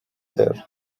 there